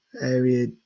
area